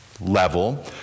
level